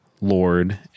Lord